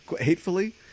Hatefully